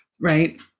Right